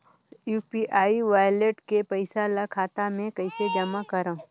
UPI wallet के पईसा ल खाता मे कइसे जमा करव?